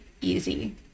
easy